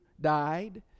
died